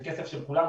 זה כסף של כולנו,